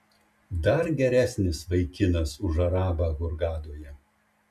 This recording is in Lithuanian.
dar geresnis vaikinas už arabą hurgadoje